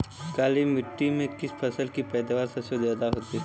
काली मिट्टी में किस फसल की पैदावार सबसे ज्यादा होगी?